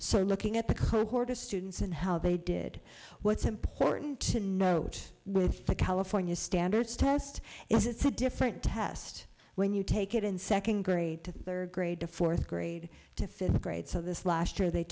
so looking at the club or to students and how they did what's important to note with the california standards test it's a different test when you take it in second grade to third grade to fourth grade to fifth grade so this last year they